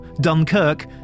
Dunkirk